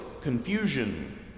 confusion